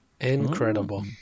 Incredible